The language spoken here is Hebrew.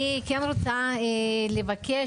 אני כן רוצה לבקש,